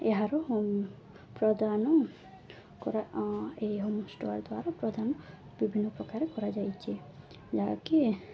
ଏହାର ପ୍ରଦାନ ଏହି ହୋମ୍ ଷ୍ଟର ଦ୍ୱାରା ପ୍ରଧାନ ବିଭିନ୍ନ ପ୍ରକାର କରାଯାଇଛି ଯାହାକି